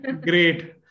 Great